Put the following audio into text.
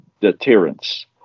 deterrence